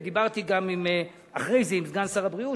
ודיברתי גם אחרי זה עם סגן שר הבריאות,